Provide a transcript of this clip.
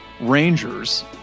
rangers